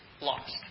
lost